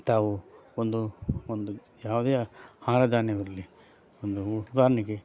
ತಾವು ಒಂದು ಒಂದು ಯಾವುದೇ ಆಹಾರ ಧಾನ್ಯವಿರಲಿ ಒಂದು ಉದಾಹರ್ಣೆಗೆ